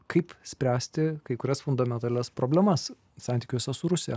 kaip spręsti kai kurias fundamentalias problemas santykiuose su rusija